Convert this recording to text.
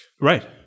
Right